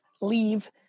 leave